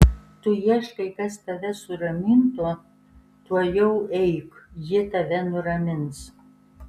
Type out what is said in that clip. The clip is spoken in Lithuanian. tu ieškai kas tave suramintų tuojau eik ji tave nuramins